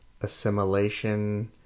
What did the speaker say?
assimilation